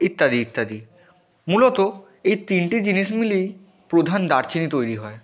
ইত্যাদি ইত্যাদি মূলত এই তিনটি জিনিস মিলে প্রধান দারচিনি তৈরি হয়